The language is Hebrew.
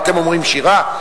ואתם אומרים שירה?